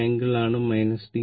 ഇത് ആംഗിൾ ആണ് 90o